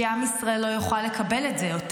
כי עם ישראל לא יוכל לקבל את זה יותר.